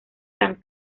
san